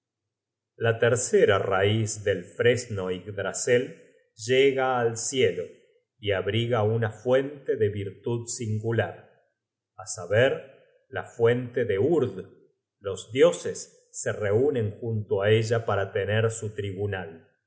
la tercera raiz del fresno yggdrasel llega al cielo y abriga una fuente de virtud singular á saber la fuente de urd los dioses se reunen junto á ella para tener su tribunal